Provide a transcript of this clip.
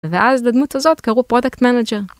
ואז לדמות הזאת קראו product manager